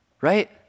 right